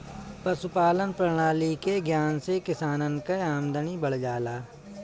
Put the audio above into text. पशुपालान प्रणाली के ज्ञान से किसानन कअ आमदनी बढ़ जाला